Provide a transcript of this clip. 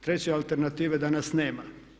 Treće alternative danas nema.